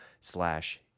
slash